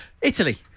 Italy